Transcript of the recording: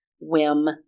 whim